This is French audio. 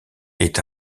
est